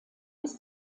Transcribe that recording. bis